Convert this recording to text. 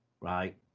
Right